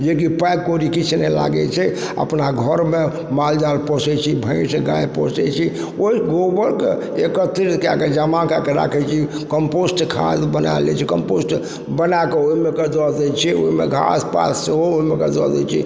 जे कि पाइ कौड़ी किछु नहि लागय छै अपना घरमे माल जाल पोसय छी भैँस गाय पोसय छी ओइ गोबरके एकत्रित कयके जमा कएके राखय छी कम्पोस्ट खाद बना लै छी कम्पोस्ट बनाके ओइमेके दऽ दै छी ओइमे घास पात सेहो ओइमेके दऽ दै छी